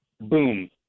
boom